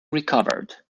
recovered